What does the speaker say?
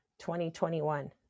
2021